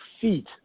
feet